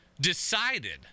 decided